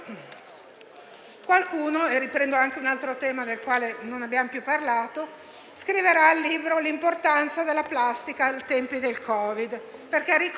qualcuno - riprendo un altro tema del quale non abbiamo più parlato - scriverà il libro «L'importanza della plastica ai tempi del Covid» perché ricordo